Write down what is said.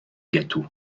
gâteau